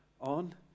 on